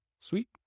Sweet